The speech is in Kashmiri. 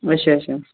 اچھا اچھا